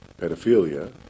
pedophilia